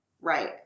Right